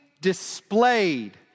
displayed